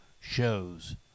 shows